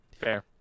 Fair